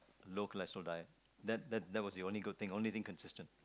low cholesterol diet that was the only good thing the only thing consistent